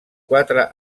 quatre